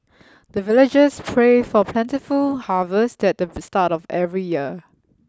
the villagers pray for plentiful harvest at the start of every year